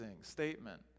statement